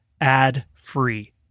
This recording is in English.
ad-free